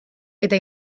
eta